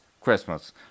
Christmas